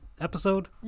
episode